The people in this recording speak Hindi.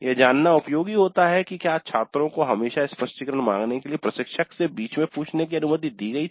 यह जानना उपयोगी होता है कि क्या छात्रों को हमेशा स्पष्टीकरण मांगने के लिए प्रशिक्षक से बीच में पूछने अनुमति दी गई थी